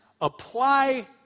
Apply